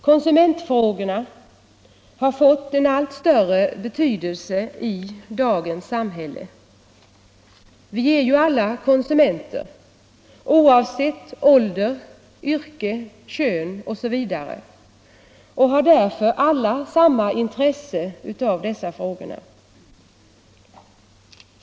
Konsumentfrågor har fått en allt större betydelse i dagens samhälle. Vi är ju alla konsumenter oavsett ålder, yrke, kön osv. och har därför alla samma intresse av dessa frågor.